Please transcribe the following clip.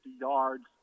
yards